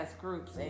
groups